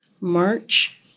March